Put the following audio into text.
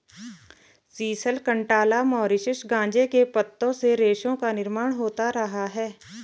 sisal, cantala, Mauritius गांजे के पत्तों से रेशों का निर्माण होता रहा है